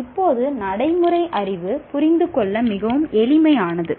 இப்போது நடைமுறை அறிவு புரிந்து கொள்ள மிகவும் எளிதானது